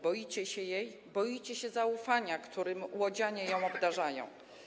Boicie się jej, boicie się zaufania, którym łodzianie ją obdarzają.